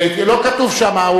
לא כתוב שמה.